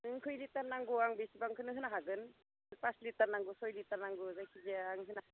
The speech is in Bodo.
नोंनो खैलिटार नांगौ आं बेसेबांखोनो होनो हागोन पास लिटार नांगौ सय लिटार नांगौ जायखिजाया आं होनो हागोन